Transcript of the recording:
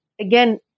again